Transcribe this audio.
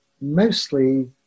mostly